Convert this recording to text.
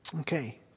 Okay